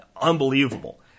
unbelievable